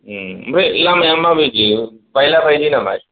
ओमफ्राय लामाया माबायदि बायला बायलि नामा